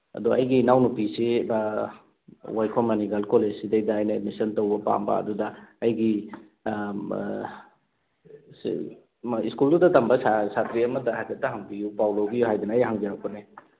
ꯑꯗꯣ ꯑꯩꯒꯤ ꯏꯅꯥꯎ ꯅꯨꯄꯤꯁꯦ ꯋꯥꯏꯈꯣꯝ ꯃꯅꯤ ꯒꯔꯜ ꯀꯣꯂꯦꯖ ꯁꯤꯗꯩꯗ ꯑꯩꯅ ꯑꯦꯗꯃꯤꯁꯟ ꯇꯧꯕ ꯄꯥꯝꯕ ꯑꯗꯨꯗ ꯑꯩꯒꯤ ꯁ꯭ꯀꯨꯜꯗꯨꯗ ꯇꯝꯕ ꯁꯥꯇ꯭ꯔꯤ ꯑꯃꯗ ꯍꯥꯏꯐꯦꯠꯇ ꯍꯥꯡꯕꯤꯌꯨ ꯄꯥꯎ ꯂꯧꯕꯤꯌꯨ ꯍꯥꯏꯗꯅ ꯑꯩ ꯍꯪꯖꯔꯛꯄꯅꯦ